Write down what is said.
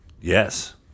Yes